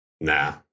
Nah